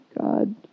God